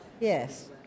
Yes